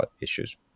issues